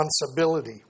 responsibility